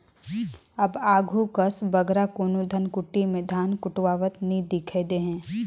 अब आघु कस बगरा कोनो धनकुट्टी में धान कुटवावत नी दिखई देहें